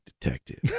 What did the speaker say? Detective